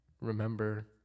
remember